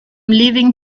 leaving